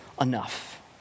enough